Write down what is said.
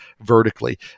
vertically